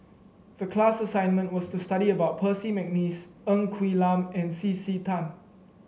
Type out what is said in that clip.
the class assignment was to study about Percy McNeice Ng Quee Lam and C C Tan